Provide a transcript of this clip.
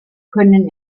können